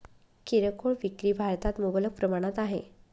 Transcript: किरकोळ विक्री भारतात मुबलक प्रमाणात आहे